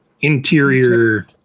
interior